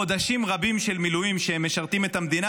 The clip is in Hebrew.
חודשים רבים של מילואים שהם משרתים את המדינה,